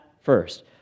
first